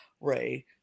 Ray